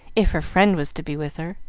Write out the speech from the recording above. if her friend was to be with her.